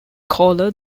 caller